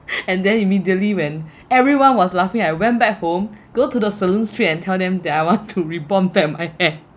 and then immediately when everyone was laughing I went back home go to the saloon street and tell them that I want to rebond back my hair